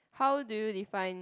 how do you define